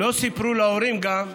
לא סיפרו להורים גם,